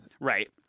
Right